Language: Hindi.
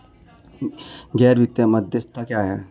गैर वित्तीय मध्यस्थ क्या हैं?